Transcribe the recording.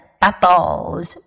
bubbles